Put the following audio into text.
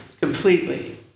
completely